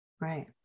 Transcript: Right